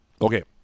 okay